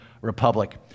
Republic